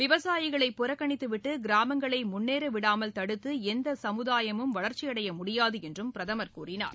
விவசாயிகளை புறக்கணித்துவிட்டு கிராமங்களை முன்னேறவிடாமல் தடுத்து எந்த சமுதாயமும் வளர்ச்சியடைய முடியாது என்று அவர் கூறினார்